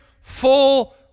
full